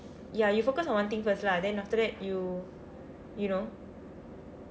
ya you focus on one thing first lah then after that you you know